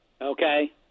Okay